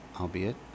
albeit